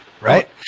right